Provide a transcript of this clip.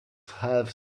have